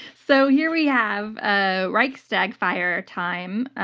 so, here we have ah reichstag fire time.